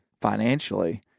financially